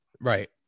Right